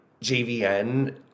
JVN